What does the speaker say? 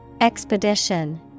Expedition